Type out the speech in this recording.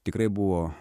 tikrai buvo